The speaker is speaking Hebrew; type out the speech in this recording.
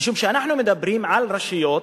משום שאנחנו מדברים על רשויות